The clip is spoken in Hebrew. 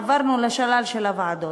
עברנו לשלל של הוועדות,